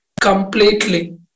completely